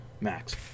Max